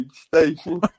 Station